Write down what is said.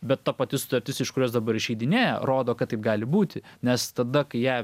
bet ta pati sutartis iš kurios dabar išeidinėja rodo kad taip gali būti nes tada kai ją